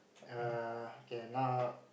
err cannot